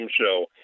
Show